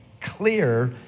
clear